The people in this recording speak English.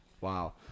Wow